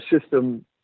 system